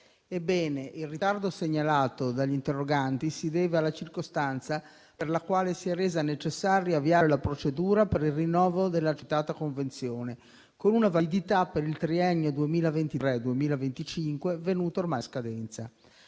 Ebbene, il ritardo segnalato dagli interroganti si deve alla circostanza per la quale si è reso necessario avviare la procedura per il rinnovo della citata convenzione, con una validità per il triennio 2023-2025 venuto ormai a scadenza.